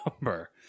number